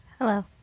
Hello